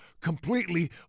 completely